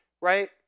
right